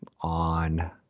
on